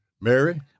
Mary